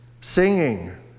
singing